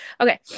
Okay